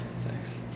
Thanks